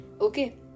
Okay